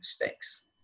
mistakes